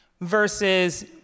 versus